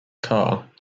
car